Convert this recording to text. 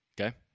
Okay